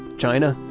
china,